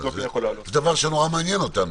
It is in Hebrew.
זה דבר שנורא מעניין אותנו.